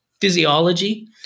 physiology